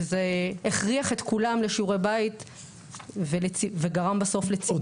וזה הכריח את כולם לשיעורי בית וגרם בסוף ל --.